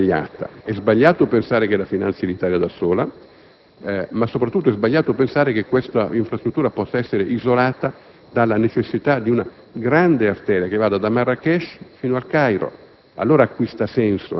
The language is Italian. L'idea non è sbagliata, è sbagliato pensare che la finanzi l'Italia da sola, ma soprattutto è sbagliato pensare che questa infrastruttura possa essere isolata da una grande arteria che vada da Marrakesh fino al Cairo.